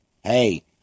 hey